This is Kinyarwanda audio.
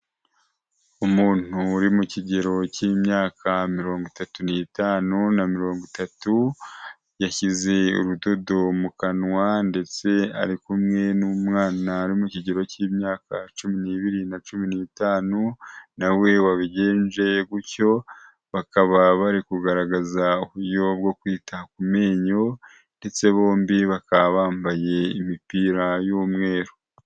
Umuntu uri mu kigero cy'imyaka mirongo itatu n'itanu na mirongo itatu, yashyize urudodo mu kanwa ndetse ari kumwe n'umwana uri mu kigero cy'imyaka cumi n'ibiri na cumi n'itanu na we wabigenje gutyo, bakaba bari kugaragaza uburyo bwo kwita ku menyo ndetse bombi bakaba bambaye imipira y'umweru.